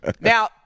now